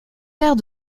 père